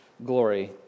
glory